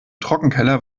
trockenkeller